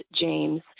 James